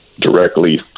directly